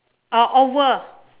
oh oval